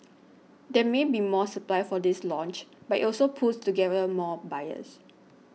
there may be more supply for this launch but it also pools together more buyers